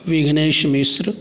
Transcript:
Vighnesh Mishra